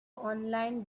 online